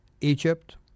Egypt